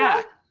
yeah,